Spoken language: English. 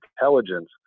intelligence